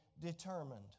determined